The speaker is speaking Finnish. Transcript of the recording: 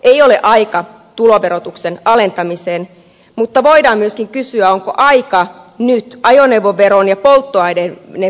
ei ole aika tuloverotuksen alentamiseen mutta voidaan myöskin kysyä onko aika nyt ajoneuvoveron ja polttoaineveron korotuksiin